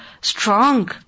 strong